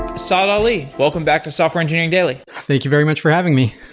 saad ali, welcome back to software engineering daily thank you very much for having me.